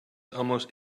almost